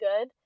good